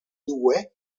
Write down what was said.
due